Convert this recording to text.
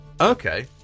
Okay